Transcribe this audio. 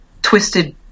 Twisted